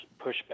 pushback